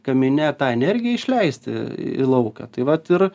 kamine tą energiją išleisti į lauką tai vat ir